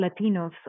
Latinos